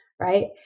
right